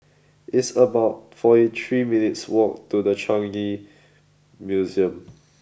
it's about forty three minutes' walk to The Changi Museum